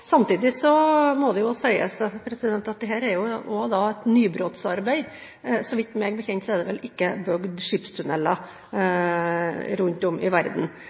må det sies at dette også er et nybrottsarbeid. Meg bekjent er det vel ikke bygd skipstunneler rundt om i verden.